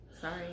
Sorry